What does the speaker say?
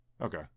Okay